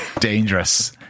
dangerous